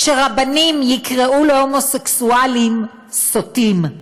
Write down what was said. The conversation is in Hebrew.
שרבנים יקראו להומוסקסואלים סוטים.